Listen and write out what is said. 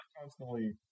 constantly